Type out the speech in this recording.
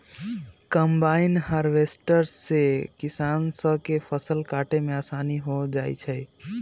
combine harvester से किसान स के फसल काटे में आसानी हो जाई छई